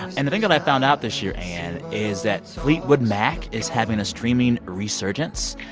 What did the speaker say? and the thing that i found out this year, ann, is that fleetwood mac is having a streaming resurgence.